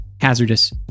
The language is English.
hazardous